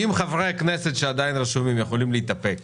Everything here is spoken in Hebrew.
אם חברי הכנסת שעדיין רשומים יכולים להתאפק